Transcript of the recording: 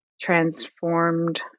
transformed